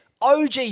OG